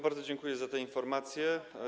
Bardzo dziękuję za te informacje.